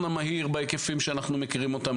המהיר בהיקפים שאנחנו מכירים אותם.